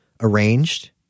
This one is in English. arranged